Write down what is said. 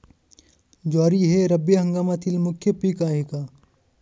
ज्वारी हे रब्बी हंगामातील मुख्य पीक आहे का?